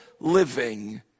living